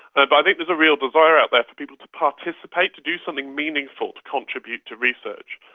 i but think there's a real desire out there for people to participate, to do something meaningful to contribute to research.